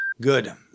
Good